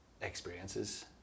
experiences